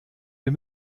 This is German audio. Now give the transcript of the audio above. wir